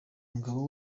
umugabo